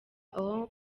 aho